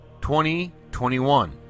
2021